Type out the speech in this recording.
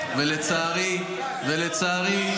ולצערי,